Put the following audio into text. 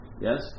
yes